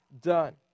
done